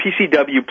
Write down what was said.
PCW